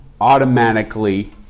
automatically